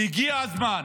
כי הגיע הזמן